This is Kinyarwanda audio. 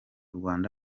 rwanda